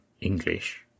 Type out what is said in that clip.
English